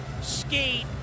skate